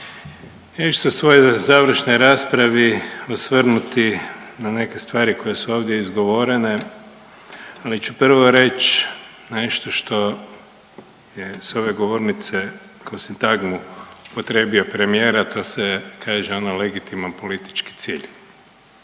ću se u svojoj završnoj raspravi osvrnuti na neke stvari koje su ovdje izgovorene, ali ću prvo reć nešto što je s ove govornice kao sintagmu upotrijebio premijer, a to se kaže ono legitiman politički cilj.